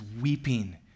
weeping